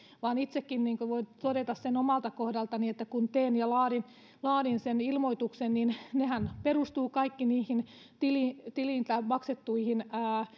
itsekin voin voin todeta sen omalta kohdaltani että kun teen ja laadin laadin sen ilmoituksen niin nehän perustuvat kaikki tililtä tililtä maksettuihin